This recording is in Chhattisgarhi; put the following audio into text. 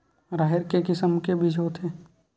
राहेर के किसम के बीज होथे?